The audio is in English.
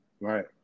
Right